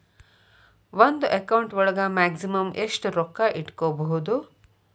ಒಂದು ಅಕೌಂಟ್ ಒಳಗ ಮ್ಯಾಕ್ಸಿಮಮ್ ಎಷ್ಟು ರೊಕ್ಕ ಇಟ್ಕೋಬಹುದು?